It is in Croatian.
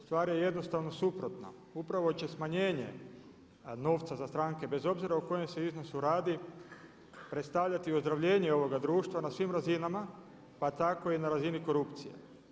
Stvar je jednostavno suprotna, upravo će smanjenje novca za stranke bez obzira o kojem se iznosu radi predstavljati ozdravljenje ovoga društva na svim razinama pa tako i na razini korupcije.